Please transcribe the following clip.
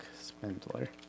Spindler